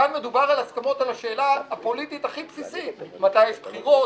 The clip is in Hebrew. כאן מדובר על הסכמות על השאלה הפוליטית הכי בסיסית מתי יש בחירות?